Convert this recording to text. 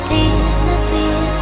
disappear